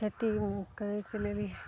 खेती करयके लिये भी